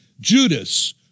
Judas